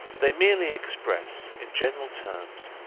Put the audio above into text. they merely express, in general terms,